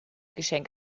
geschenk